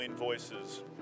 Voices